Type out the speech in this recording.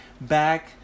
back